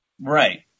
Right